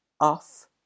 off